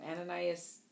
Ananias